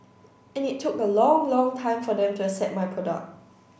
and it look a long long time for them to accept my product